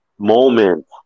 moment